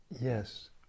Yes